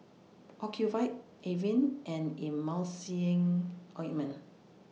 Ocuvite Avene and Emulsying Ointment